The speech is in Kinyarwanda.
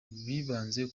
bibanze